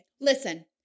Listen